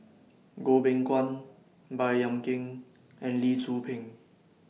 Goh Beng Kwan Baey Yam Keng and Lee Tzu Pheng